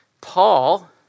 Paul